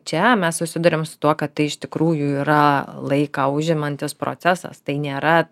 čia mes susiduriam su tuo kad tai iš tikrųjų yra laiką užimantis procesas tai nėra